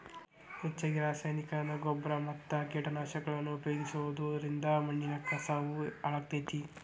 ಹೆಚ್ಚಗಿ ರಾಸಾಯನಿಕನ ಗೊಬ್ಬರ ಮತ್ತ ಕೇಟನಾಶಕಗಳನ್ನ ಉಪಯೋಗಿಸೋದರಿಂದ ಮಣ್ಣಿನ ಕಸವು ಹಾಳಾಗ್ತೇತಿ